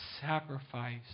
sacrifice